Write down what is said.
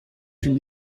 huit